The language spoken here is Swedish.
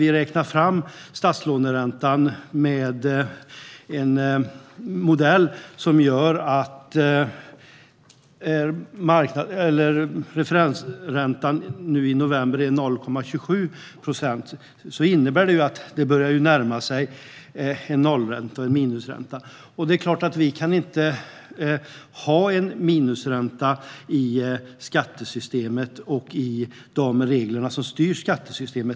Vi räknar fram statslåneräntan med en modell som gör att referensräntan nu i november är 0,27 procent, vilket innebär att det börjar närma sig nollränta eller minusränta. Vi kan inte ha minusränta i skattesystemet och i de regler som styr det.